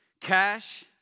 cash